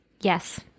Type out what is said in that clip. yes